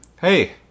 hey